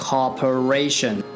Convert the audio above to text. Corporation